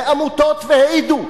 ועמותות והעידו.